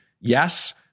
yes